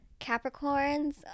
Capricorns